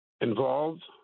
involved